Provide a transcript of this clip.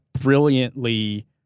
brilliantly